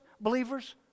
believers